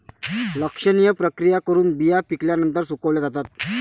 लक्षणीय प्रक्रिया करून बिया पिकल्यानंतर सुकवल्या जातात